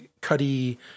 Cuddy